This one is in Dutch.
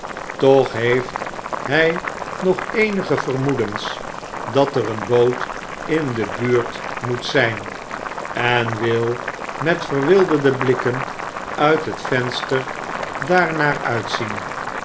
toch heeft hj nog eenige vermoedens dat er een boot in de buurt moet zjjn en wil met verwilderde blikken uit het venster daarnaar uitzien